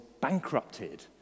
bankrupted